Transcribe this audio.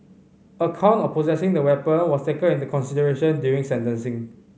a count of possessing the weapon was taken into consideration during sentencing